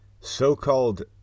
So-called